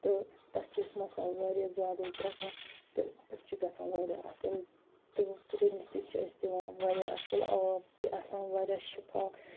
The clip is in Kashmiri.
تہٕ تَتھ چھِ أسۍ مَسالہٕ واریاہ زیادے تراوان تہٕ تَتھ چھُ گَژھان واریاہ اصٕل تہٕ تٔمِس تہِ چھِ أسۍ دِوان واریاہ اصٕل آب تہِ آسان واریاہ شِفاف